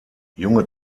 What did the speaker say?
junge